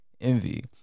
envy